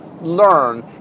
learn